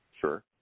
Sure